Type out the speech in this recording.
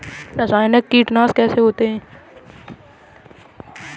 रासायनिक कीटनाशक कैसे होते हैं?